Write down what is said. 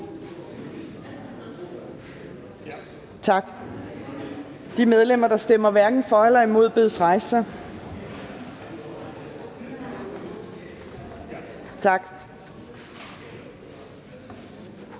Tak. De medlemmer, der stemmer hverken for eller imod, bedes rejse sig. Tak.